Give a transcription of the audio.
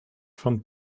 von